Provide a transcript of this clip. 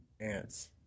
Ants